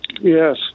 Yes